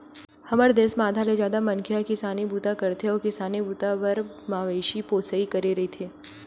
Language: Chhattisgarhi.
हमर देस म आधा ले जादा मनखे ह किसानी बूता करथे अउ किसानी बूता बर मवेशी पोसई करे रहिथे